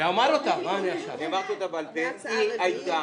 ההצעה לא נתקבלה ותעלה למליאה כהסתייגות לקריאה שנייה